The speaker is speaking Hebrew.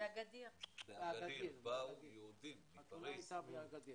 השר המקשר בין הממשלה